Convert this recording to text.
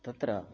तत्र